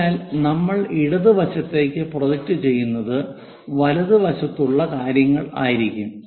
അതിനാൽ നമ്മൾഇടതുവശത്തേക്ക് പ്രൊജക്റ്റ് ചെയ്യുന്നത് വലതുവശത്തുള്ള കാര്യങ്ങൾ ആയിരിക്കും